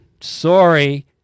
sorry